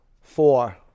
four